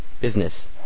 business